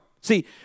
See